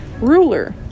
ruler